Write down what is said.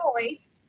choice